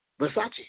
Versace